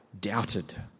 doubted